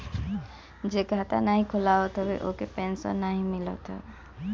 जे खाता नाइ खोलवावत हवे ओके पेंशन नाइ मिलत हवे